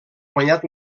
guanyat